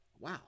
Wow